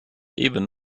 even